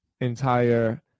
entire